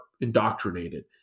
indoctrinated